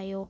आयो